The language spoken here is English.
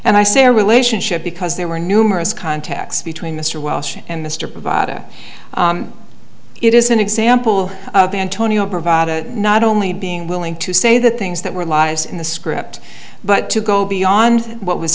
and i say our relationship because there were numerous contacts between mr welsh and mr provider it is an example of antonio provide it not only being willing to say the things that were lies in the script but to go beyond what was